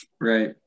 Right